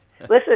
listen